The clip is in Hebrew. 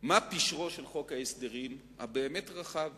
מה פשרו של חוק ההסדרים הבאמת רחב